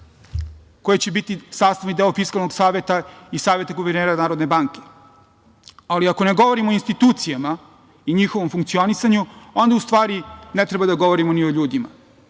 koji će biti sastavni deo Fiskalnog saveta i Saveta guvernera Narodne banke, ali ako ne govorimo o institucijama i njihovom funkcionisanju onda u stvari ne treba da govorimo ni o ljudima.